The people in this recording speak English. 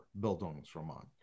Bildungsroman